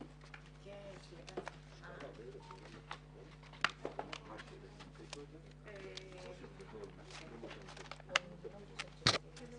הישיבה ננעלה בשעה 10:43.